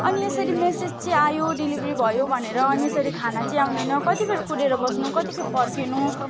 अनि यसरी म्यासेज चाहिँ आयो डेलिभरी भयो भनेर अनि यसरी खाना चाहिँ आउँदैन कतिबेर कुरेर बस्नु कतिखेप पर्खिनु